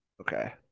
okay